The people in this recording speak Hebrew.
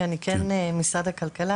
כי משרד הכלכלה,